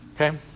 Okay